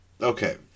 Okay